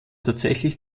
tatsächlich